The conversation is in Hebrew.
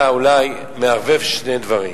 אתה אולי מערבב שני דברים.